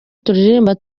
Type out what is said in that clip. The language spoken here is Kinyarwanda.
turirimba